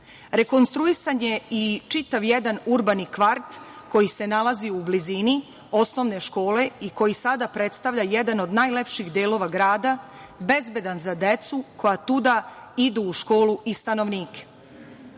grada. Rekonstruisan je i čitav jedan urbani kvart koji se nalazi u blizini osnovne škole i koji sada predstavlja jedan od najlepših delova grada bezbedan za decu koja tuda idu u školu i stanovnike.